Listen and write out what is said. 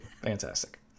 Fantastic